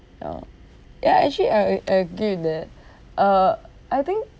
ya actually I agree with that uh I think